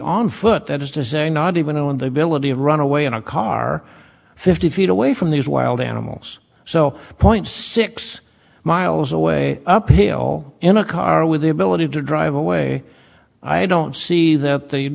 on foot that is to say not even on the ability of run away in a car fifty feet away from these wild animals so point six miles away uphill in a car with the ability to drive away i don't see that the